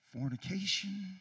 fornication